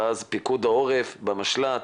ואז פיקוד העורף במשלט,